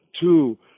two